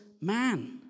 man